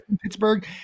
Pittsburgh